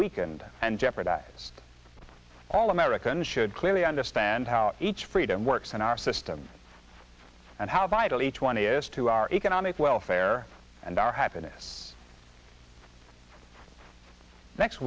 weakened and jeopardized all americans should clearly understand how each freedom works in our system and how vital each one is to our economic welfare and our happiness next